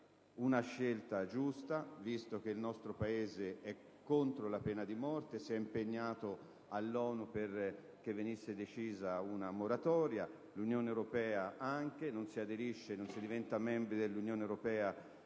una scelta giusta, visto che il nostro Paese è contro la pena di morte e si è impegnato all'ONU affinché venisse decisa una moratoria. Anche l'Unione europea è dello stesso avviso: non si diventa membri dell'Unione se